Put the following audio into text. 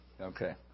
Okay